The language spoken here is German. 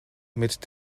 mit